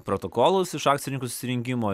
protokolus iš akcininkų susirinkimo